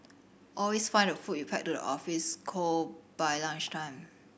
always find the food you pack to the office cold by lunchtime